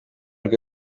rwe